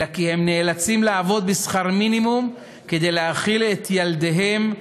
אלא כי הם נאלצים לעבוד בשכר מינימום כדי להאכיל את ילדיהם,